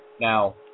Now